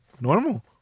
normal